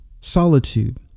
Solitude